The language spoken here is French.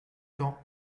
temps